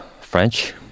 French